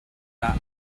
that